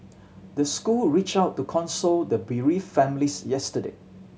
the school reach out to console the bereave families yesterday